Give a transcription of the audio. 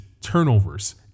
turnovers